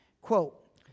Quote